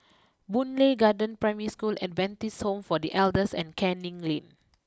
Boon Lay Garden Primary School Adventist Home for the Elders and Canning Lane